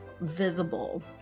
visible